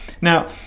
Now